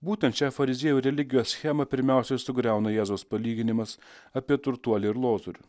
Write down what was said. būtent šią fariziejų religijos schemą pirmiausia sugriauna jėzaus palyginimas apie turtuolį ir lozorių